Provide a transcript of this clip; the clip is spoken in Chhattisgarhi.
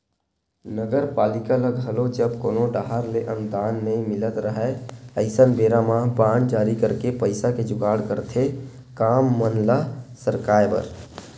नगरपालिका ल घलो जब कोनो डाहर ले अनुदान नई मिलत राहय अइसन बेरा म बांड जारी करके पइसा के जुगाड़ करथे काम मन ल सरकाय बर